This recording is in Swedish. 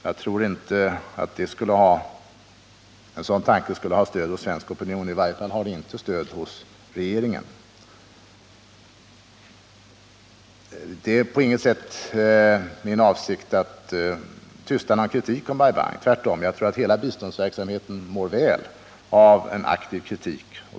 Jag tror inte att en sådan tanke skulle få stöd i svensk opinion; i varje fall har den inte stöd hos regeringen. Det är på intet sätt min avsikt att tysta någon kritik mot Bai Bang. Tvärtom — jag tror att hela biståndsverksamheten mår väl av en aktiv kritik.